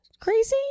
crazy